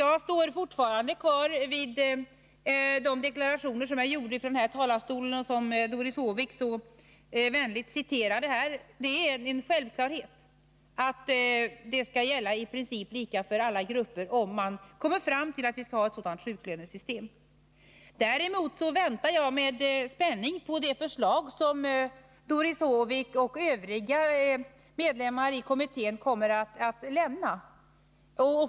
Jag står fortfarande fast vid de deklarationer som jag gjorde från den här talarstolen och som Doris Håvik så vänligt citerade här. Det är en självklarhet att i princip samma regler skall gälla för alla grupper — om man kommer fram till att vi skall ha ett sådant sjuklönesystem. Däremot väntar jag med spänning på det förslag som Doris Håvik och övriga ledamöter i kommittén kommer att lämna.